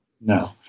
no